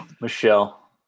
Michelle